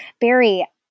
Barry